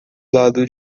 lado